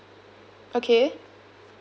okay